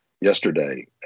yesterday